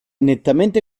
nettamente